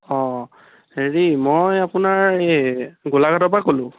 অঁ হেৰি মই আপোনাৰ এই গোলাঘাটৰ পৰা ক'লোঁ